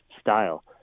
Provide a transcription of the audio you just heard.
style